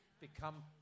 become